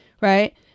right